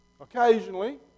occasionally